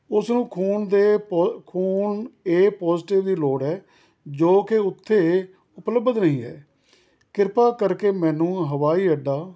ਉਸ ਨੂੰ ਖੂਨ ਦੇ ਪੋ ਖੂਨ ਏ ਪੋਜ਼ੀਟਿਵ ਦੀ ਲੋੜ ਹੈ ਜੋ ਕਿ ਉੱਥੇ ਉਪਲਬਧ ਨਹੀਂ ਹੈ ਕਿਰਪਾ ਕਰਕੇ ਮੈਨੂੰ ਹਵਾਈ ਅੱਡਾ